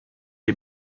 les